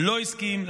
לא הסכים,